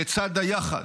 לצד היחד,